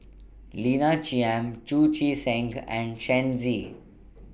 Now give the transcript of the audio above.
Lina Chiam Chu Chee Seng and Shen Z